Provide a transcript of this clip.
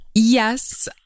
Yes